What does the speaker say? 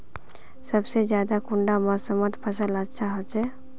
सबसे ज्यादा कुंडा मोसमोत फसल अच्छा होचे?